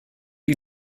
die